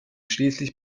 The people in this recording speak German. schließlich